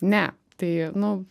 ne tai nu